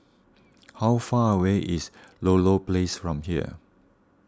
how far away is Ludlow Place from here